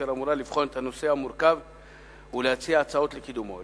אשר אמורה לבחון את הנושא המורכב ולהציע הצעות לקידומו.